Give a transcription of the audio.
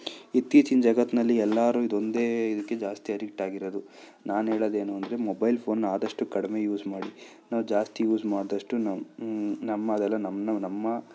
ಇತ್ತೀಚಿನ ಜಗತ್ನಲ್ಲಿ ಎಲ್ಲರು ಇದೊಂದೇ ಇದ್ಕೆ ಜಾಸ್ತಿ ಅಡಿಕ್ಟ್ ಆಗಿರೋದು ನಾನು ಹೇಳೂದೇನೆಂದ್ರೆ ಮೊಬೈಲ್ ಫೋನ್ನಾ ಆದಷ್ಟು ಕಡಿಮೆ ಯೂಸ್ ಮಾಡಿ ನಾವು ಜಾಸ್ತಿ ಯೂಸ್ ಮಾಡಿದಷ್ಟು ನಮ್ಮ ನಮ್ಮದೆಲ್ಲ ನಮ್ಮ ನಮ್ಮ